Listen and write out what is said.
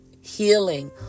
healing